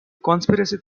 conspiracy